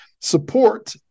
support